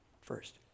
first